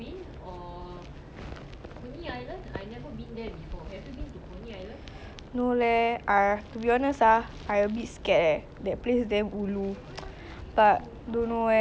no leh ah to be honest ah I a bit scared eh that place damn ulu but don't know eh banyak orang kata best don't know should try maybe you can go one day